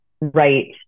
right